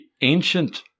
ancient